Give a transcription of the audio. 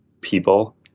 people